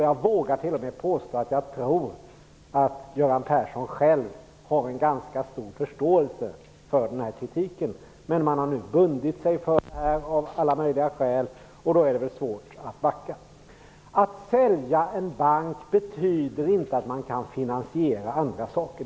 Jag vågar t.o.m. påstå att jag tror att Göran Persson själv har ganska stor förståelse för denna kritik. Man har nu bundit sig för detta förslag av alla möjliga skäl, och då är det svårt att backa. Att sälja en bank betyder inte att man kan finansiera andra saker.